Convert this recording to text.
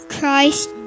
Christ